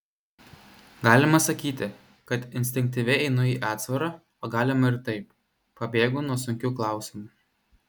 galima sakyti kad instinktyviai einu į atsvarą o galima ir taip pabėgu nuo sunkių klausimų